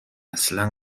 اصلا